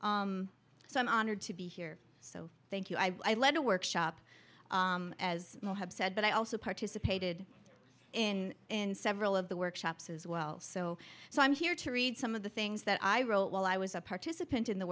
i'm honored to be here so thank you i lead a workshop as well have said but i also participated in in several of the workshops as well so so i'm here to read some of the things that i wrote while i was a participant in the